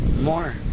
More